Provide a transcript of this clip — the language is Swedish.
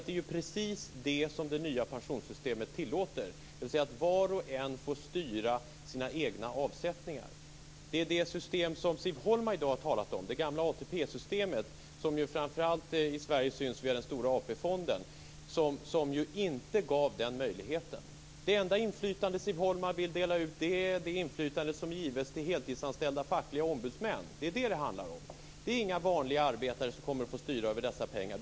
Det är precis det som det nya pensionssystemet tillåter, dvs. att var och en får styra sina egna avsättningar. Det system som Siv Holma i dag har talat om, det gamla ATP-systemet, som i Sverige syns via den stora AP-fonden, har inte givit den möjligheten. Det enda inflytande Siv Holma vill dela ut är det inflytande som gives till heltidsanställda fackliga ombudsmän. Det är inga vanliga arbetare som kommer att styra över dessa pengar.